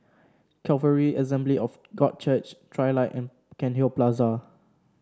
Calvary Assembly of God Church Trilight and Cairnhill Plaza